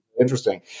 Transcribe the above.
interesting